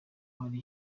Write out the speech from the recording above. hari